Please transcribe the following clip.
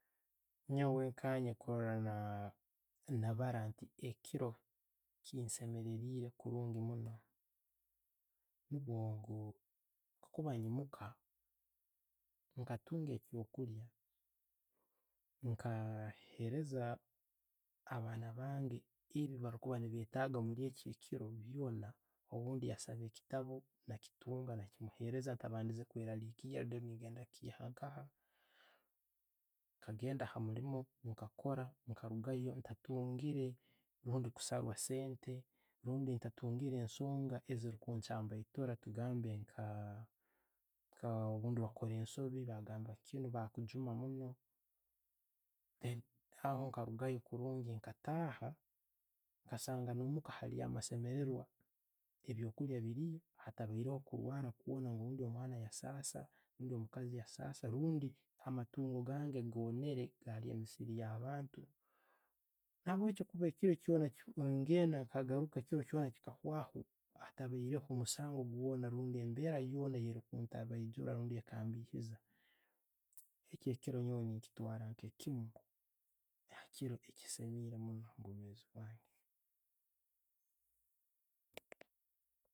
Nyoowe kanye kurora na nabaara nti ekiro kinsemereire kurungi muuno nubyo nko, kakuba'nyimuuka, nkatunga ekyokulya nka hereeza abaana bange, ebyo'byebyarikwetaaga mwekyo ekiiro, orbundi yasaaba ekitaabo, nakitunga nakimuhereeza ntabandiize kwerariikiira n'genda kuchihankaha. Nkagenda ha'muliimu, nkakoora nkarugayo ntatungiire obundi kusarwa sente, orbundi ntatungiire ensonga ezi kunchyambetetuura rundi tugambe nka, nka orbundi wakaro ensobi, bagamba kiino bakujuma muuno. E Haho nkarugayo kurungi nkataha nkasanga no'muka hariyo amasemererwa, ebikolya biriyo, hataraho kurwaraa kwoona ngu obundi omwana yaasasa, orbundi omukazi yasasa rundi amatungo gange gonere galya emisiiri ya'abantu. Nabwekyo kube ekiiro kyoona, ngenda, nkagaruka kiri kyoona chikawaho atabaireho omusango gwoona rundi nembeera yoona eri kuntabeijuura rundi ekambihisa. Ekyo ekiro nyoowe ne'kitwara nke ekiiro hakiimu ekisimiire muuno omubwomeezi bwange.